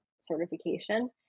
certification